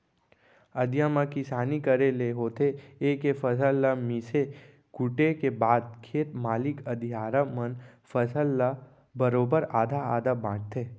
अधिया म किसानी करे ले होथे ए के फसल ल मिसे कूटे के बाद खेत मालिक अधियारा मन फसल ल ल बरोबर आधा आधा बांटथें